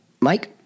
Mike